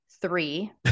three